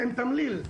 תמליל.